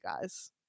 guys